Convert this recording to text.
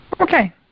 Okay